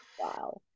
Wow